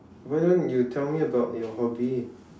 why don't you tell me about your hobby